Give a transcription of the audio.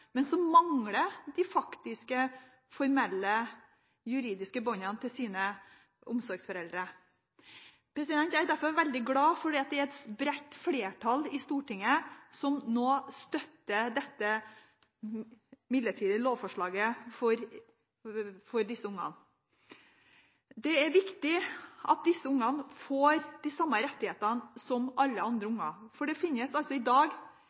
men som mangler de faktiske formelle juridiske båndene til sine omsorgsforeldre. Jeg er derfor veldig glad for at det er et bredt flertall i Stortinget som nå støtter dette midlertidige lovforslaget for disse barna. Det er viktig at disse barna får de samme rettigheter som alle andre barn, for det finnes altså i dag